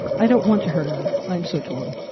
i don't want to hurt her. i'm so torn.